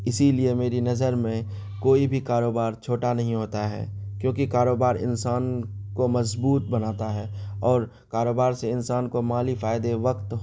اسی لیے میری نظر میں کوئی بھی کاروبار چھوٹا نہیں ہوتا ہے کیونکہ کاروبار انسان کو مضبوط بناتا ہے اور کاروبار سے انسان کو مالی فائدے وقت